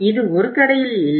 இது ஒரு கடையில் இல்லை